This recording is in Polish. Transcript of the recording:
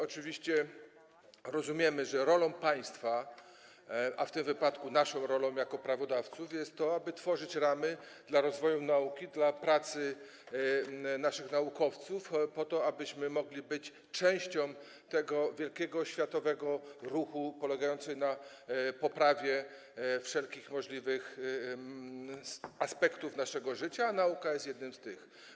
Oczywiście rozumiemy, że rolą państwa, a w tym wypadku naszą rolą jako prawodawców jest to, aby tworzyć ramy dla rozwoju nauki, dla pracy naszych naukowców po to, abyśmy mogli być częścią tego wielkiego światowego ruchu na rzecz poprawy wszelkich możliwych aspektów naszego życia, a nauka jest jednym z nich.